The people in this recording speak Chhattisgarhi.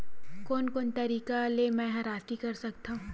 कोन कोन तरीका ले मै ह राशि कर सकथव?